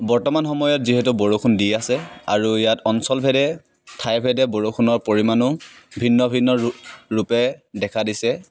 বৰ্তমান সময়ত যিহেতু বৰষুণ দি আছে আৰু ইয়াত অঞ্চলভেদে ঠাইভেদে বৰষুণৰ পৰিমাণো ভিন্ন ভিন্ন ৰূ ৰূপে দেখা দিছে